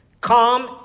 Calm